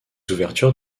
ouvertures